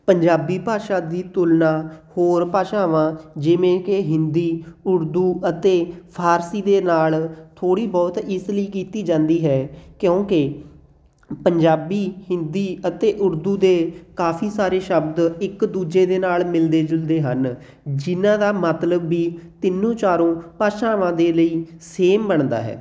ਪੰਜਾਬੀ ਭਾਸ਼ਾ ਦੀ ਤੁਲਨਾ ਹੋਰ ਭਾਸ਼ਾਵਾਂ ਜਿਵੇਂ ਕਿ ਹਿੰਦੀ ਉਰਦੂ ਅਤੇ ਫਾਰਸੀ ਦੇ ਨਾਲ ਥੋੜ੍ਹੀ ਬਹੁਤ ਇਸ ਲਈ ਕੀਤੀ ਜਾਂਦੀ ਹੈ ਕਿਉਂਕਿ ਪੰਜਾਬੀ ਹਿੰਦੀ ਅਤੇ ਉਰਦੂ ਦੇ ਕਾਫੀ ਸਾਰੇ ਸ਼ਬਦ ਇੱਕ ਦੂਜੇ ਦੇ ਨਾਲ ਮਿਲਦੇ ਜੁਲਦੇ ਹਨ ਜਿਨ੍ਹਾਂ ਦਾ ਮਤਲਬ ਵੀ ਤਿੰਨੋਂ ਚਾਰੋਂ ਭਾਸ਼ਾਵਾਂ ਦੇ ਲਈ ਸੇਮ ਬਣਦਾ ਹੈ